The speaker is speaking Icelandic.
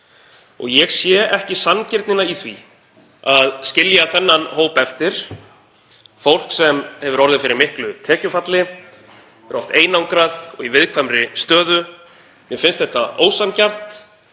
Ég sé ekki sanngirni í því að skilja þennan hóp eftir, fólk sem hefur orðið fyrir miklu tekjufalli, er oft einangrað og í viðkvæmri stöðu. Mér finnst þetta ósanngjarnt.